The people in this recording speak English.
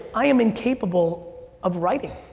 i am incapable of writing.